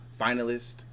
finalist